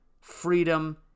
freedom